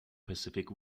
pacific